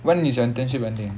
when is your internship ending